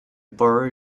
borrow